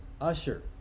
Usher